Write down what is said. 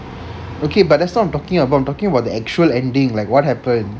okay but that's not what I'm talking about I'm talking about the actual ending like what happened